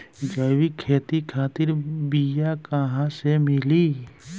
जैविक खेती खातिर बीया कहाँसे मिली?